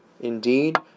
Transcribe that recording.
Indeed